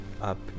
up